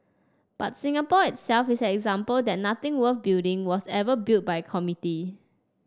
but Singapore itself is an example that nothing worth building was ever built by a committee